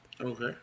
Okay